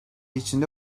içinde